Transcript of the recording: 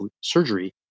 surgery